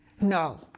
No